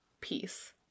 peace